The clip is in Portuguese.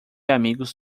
amigos